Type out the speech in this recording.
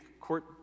court